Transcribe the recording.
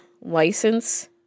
license